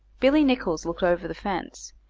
billy nicholls looked over the fence,